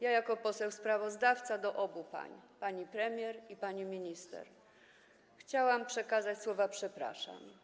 Jako poseł sprawozdawca obu paniom, pani premier i pani minister, chciałam przekazać słowa: przepraszam.